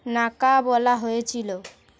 নাকা বলা হয়েছিলো